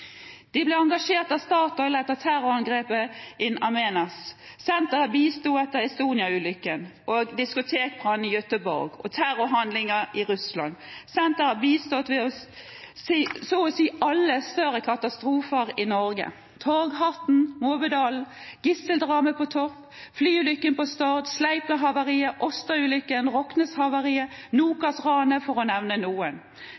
De ble engasjert av Statoil etter terrorangrepet i In Amenas, og senteret bisto etter Estonia-ulykken, diskotekbrannen i Göteborg og terrorhandlingene i Russland. Senteret har bistått ved så å si alle større katastrofer i Norge – Torghatten, Måbødalen, gisseldramaet på Torp, flyulykken på Stad, Sleipner-havariet, Åsta-ulykken, Rocknes-havariet og NOKAS-ranet, for å nevne noen.